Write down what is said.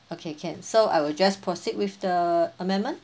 okay can so I will just proceed with the amendment